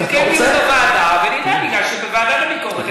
נקיים דיון בוועדה ונראה בגלל שבוועדת הביקורת,